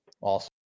Awesome